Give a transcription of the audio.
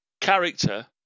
character